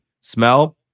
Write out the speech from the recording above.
smell